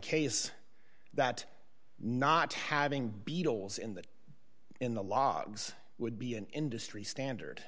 case that not having beetles in the in the logs would be an industry standard